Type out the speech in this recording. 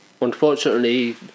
Unfortunately